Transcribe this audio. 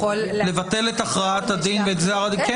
לבטל את הכרעת הדין וגזר הדין?